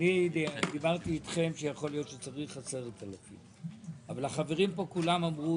אני דיברתי אתכם שיכול להיות שצריך 10,000. אבל החברים פה כולם אמרו